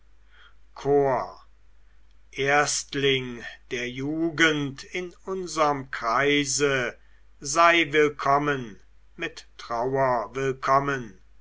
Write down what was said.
chor erstling der jugend in unserm kreise sei willkommen mit trauer willkommen